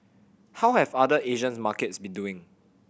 how have other Asian's markets been doing